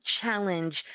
challenge